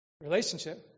Relationship